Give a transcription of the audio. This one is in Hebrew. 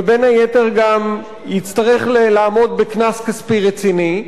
ובין היתר גם יצטרך לעמוד בקנס כספי רציני.